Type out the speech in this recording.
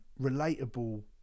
relatable